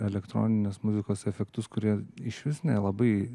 elektroninės muzikos efektus kurie išvis nelabai